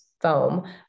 foam